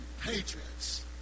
Patriots